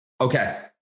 Okay